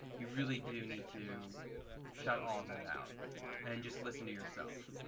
you really do need to shut all of that out and just listen to yourself.